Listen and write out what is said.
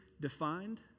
defined